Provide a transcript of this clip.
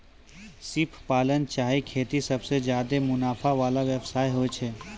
सिप पालन चाहे खेती सबसें ज्यादे मुनाफा वला व्यवसाय होय छै